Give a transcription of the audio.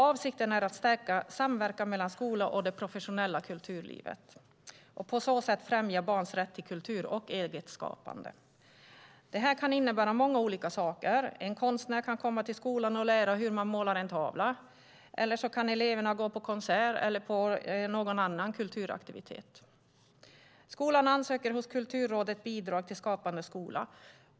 Avsikten är att stärka samverkan mellan skolan och det professionella kulturlivet och på så sätt främja barns rätt till kultur och eget skapande. Det här kan innebära många olika saker. En konstnär kan komma till skolan och lära ut hur man målar en tavla. Eller också kan eleverna gå på konsert eller på någon annan kulturaktivitet. Skolan ansöker hos Kulturrådet om bidrag till Skapande skola.